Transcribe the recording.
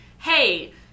hey